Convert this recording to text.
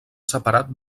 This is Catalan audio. separat